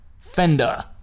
Fender